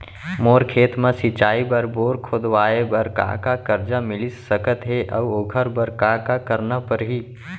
मोर खेत म सिंचाई बर बोर खोदवाये बर का का करजा मिलिस सकत हे अऊ ओखर बर का का करना परही?